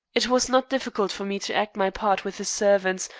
it was not difficult for me to act my part with the servants,